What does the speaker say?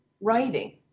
writing